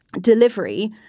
delivery